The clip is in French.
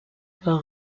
par